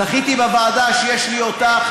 זכיתי בוועדה שיש לי אותך.